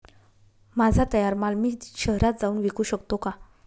माझा तयार माल मी शहरात जाऊन विकू शकतो का?